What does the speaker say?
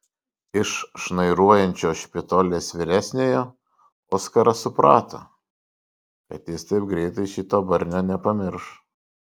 iš šnairuojančio špitolės vyresniojo oskaras suprato kad jis taip greitai šito barnio nepamirš